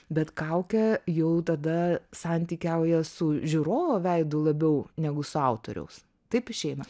bet kaukė jau tada santykiauja su žiūrovo veidu labiau negu su autoriaus taip išeina